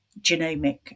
genomic